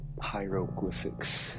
hieroglyphics